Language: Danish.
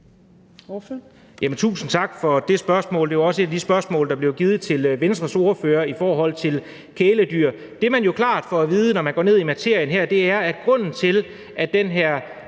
Tusind tak for det spørgsmål – det var også et af de spørgsmål, der blev stillet til Venstres ordfører i forhold til kæledyr. Det, man jo klart får at vide, når man går ned i materien her, er, at grunden til, at den her